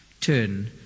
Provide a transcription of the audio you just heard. turn